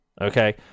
okay